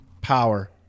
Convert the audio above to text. power